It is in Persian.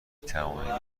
توانید